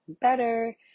better